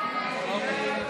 הסתייגות